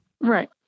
Right